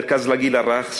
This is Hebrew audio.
מרכז לגיל הרך,